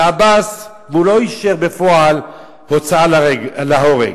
זה עבאס, והוא לא אישר בפועל הוצאה להורג.